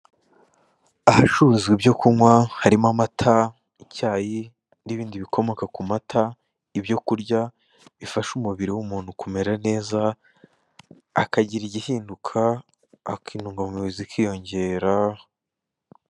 Ahacuruza ibyo kunywa harimo amata, icyayi, n'ibindi bikomoka ku mata, icyayi, n'ibindi bikomoka ku mata ibyo kurya bifasha umubiri w'umuntu kumera neza, akagira igihinduka, aki intungamubiri zikiyongera.